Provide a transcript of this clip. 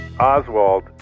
Oswald